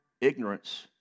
ignorance